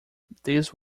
these